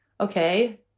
Okay